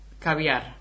caviar